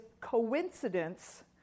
coincidence